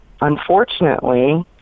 unfortunately